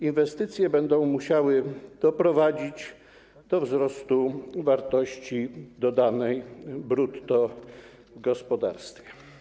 Inwestycje będą musiały doprowadzić do wzrostu wartości dodanej brutto w gospodarstwie.